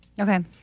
Okay